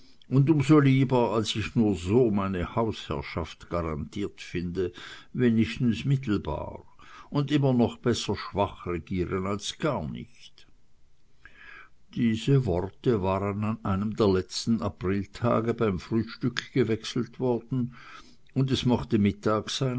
und um so lieber als ich nur so meine hausherrschaft garantiert finde wenigstens mittelbar und immer noch besser schwach regieren als gar nicht diese worte waren an einem der letzten apriltage beim frühstück gewechselt worden und es mochte mittag sein